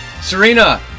Serena